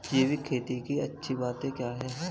जैविक खेती की अच्छी बातें क्या हैं?